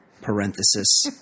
parenthesis